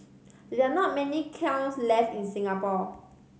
there are not many kilns left in Singapore